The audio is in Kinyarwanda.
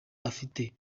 afite